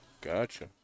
Gotcha